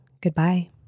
Goodbye